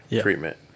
treatment